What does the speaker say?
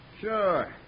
Sure